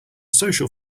social